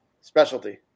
specialty